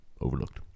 overlooked